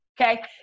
Okay